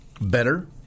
better